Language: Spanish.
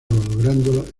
logrando